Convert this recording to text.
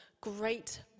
great